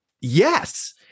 yes